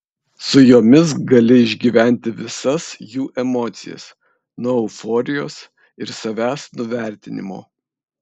su jomis gali išgyventi visas jų emocijas nuo euforijos ir savęs nuvertinimo